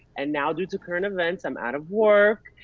and now due to current events, i'm out of work.